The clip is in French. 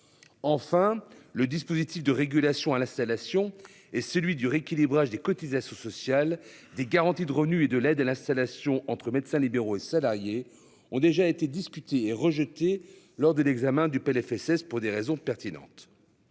Enfin, le dispositif de régulation à l'installation et celui du rééquilibrage des cotisations sociales des garanties de revenus et de l'aide à l'installation entre médecins libéraux et salariés ont déjà été discutés et rejetés lors de l'examen du PLFSS, pour des raisons pertinentes.